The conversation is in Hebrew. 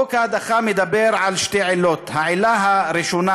חוק ההדחה מדבר על שתי עילות: העילה הראשונה